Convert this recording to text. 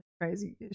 crazy